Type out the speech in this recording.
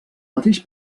mateix